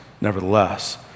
nevertheless